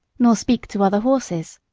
nor speak to other horses,